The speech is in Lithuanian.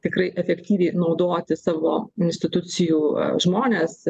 tikrai efektyviai naudoti savo institucijų žmones